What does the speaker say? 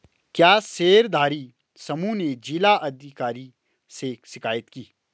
क्या शेयरधारी समूह ने जिला अधिकारी से शिकायत की?